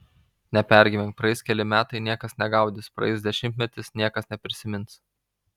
nepergyvenk praeis keli metai niekas negaudys praeis dešimtmetis niekas neprisimins